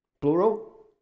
plural